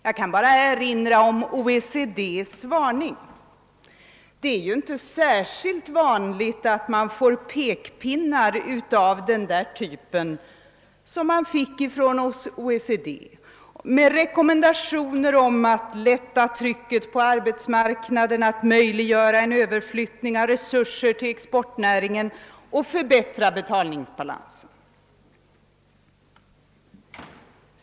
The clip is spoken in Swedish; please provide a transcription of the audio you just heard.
Jag kan bara erinra om OECD:s varning och rekommendationer om att lätta trycket på arbetsmarknaden, att möjliggöra en överflyttning av resurser till exportnäringen och att förbättra betalningsbalansen. Det är ju inte särskilt vanligt med pekpinnar av den typen.